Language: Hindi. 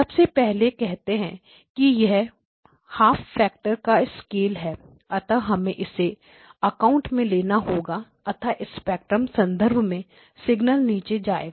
सबसे पहले कहते हैं कि यह ½ फैक्टर का स्केल है अतः हमें इसे अकाउंट में लेना होगा अतः स्पेक्ट्रम संदर्भ में सिग्नल नीचे जाएगा